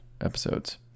episodes